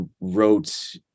wrote